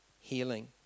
Healing